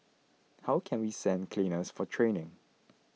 how can we send cleaners for training